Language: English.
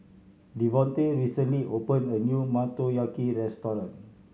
Davonte recently opened a new Motoyaki Restaurant